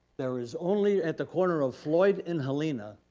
there is only at the corner of floyd and helena,